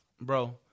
Bro